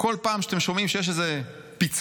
כל פעם שאתם שומעים שיש איזשהו פיצוץ